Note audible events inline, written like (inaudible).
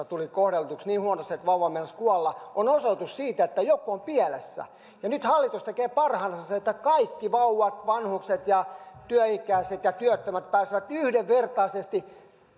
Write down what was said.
(unintelligible) tuli kohdelluksi niin huonosti että meinasi kuolla on osoitus siitä että joku on pielessä nyt hallitus tekee parhaansa että kaikki vauvat vanhukset työikäiset ja työttömät pääsevät yhdenvertaisesti